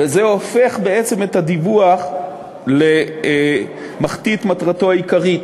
וזה הופך בעצם את הדיווח למחטיא את מטרתו העיקרית,